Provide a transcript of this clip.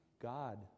God